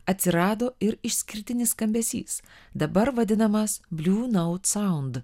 atsirado ir išskirtinis skambesys dabar vadinamas bliu naut saund